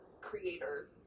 creator